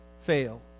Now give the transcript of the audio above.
fail